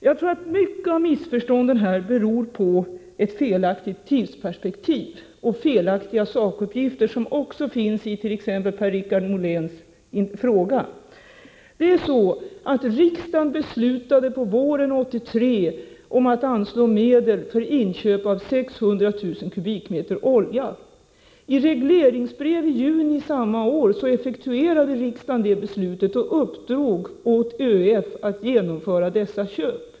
Jag tror att mycket av missförstånden beror på ett felaktigt tidsperspektiv och felaktiga sakuppgifter, som också finnsit.ex. Per-Richard Moléns fråga. Riksdagen beslutade på våren 1983 om att anslå medel för inköp av 600 000 m? olja. I regleringsbrev i juni samma år effektuerade regeringen det beslutet och uppdrog åt ÖEF att genomföra dessa köp.